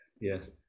Yes